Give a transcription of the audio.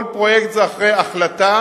כל פרויקט זה אחרי החלטה